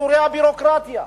קיצורי הביורוקרטיה.